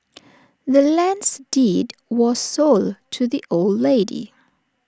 the land's deed was sold to the old lady